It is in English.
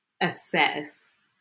assess